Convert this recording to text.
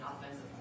offensive